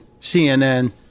CNN